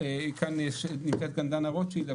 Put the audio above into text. נמצאת כאן דנה רוטשילד.